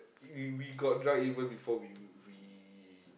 we we got drunk even before we we